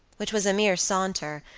which was a mere saunter,